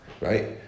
right